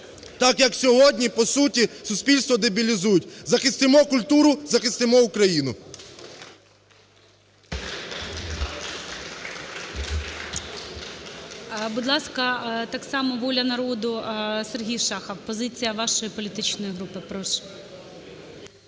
так, як сьогодні по суті суспільство дебілізують. Захистимо культуру! Захистимо Україну! ГОЛОВУЮЧИЙ. Будь ласка, так само "Воля народу", Сергій Шахов. Позиція вашої політичної групи, прошу.